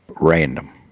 random